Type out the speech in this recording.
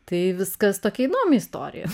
tai viskas tokia įdomi istorija